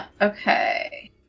okay